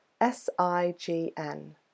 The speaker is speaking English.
S-I-G-N